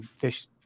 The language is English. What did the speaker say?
fish